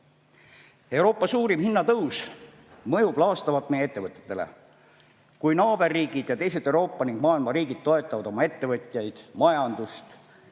Euroopa suurim hinnatõus mõjub laastavalt meie ettevõtetele. Kui naaberriigid ning teised Euroopa ja maailma riigid toetavad oma ettevõtjaid, oma majandust,